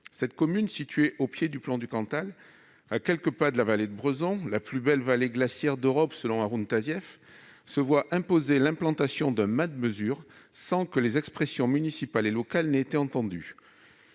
Cette commune, située au pied du Plomb du Cantal, à quelques pas de la vallée de Brezons, la plus belle vallée glaciaire d'Europe selon Haroun Tazieff, se voit imposer l'implantation d'un mât de mesure sans que les expressions municipales et locales aient été entendues.